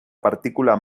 partícula